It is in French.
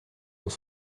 dans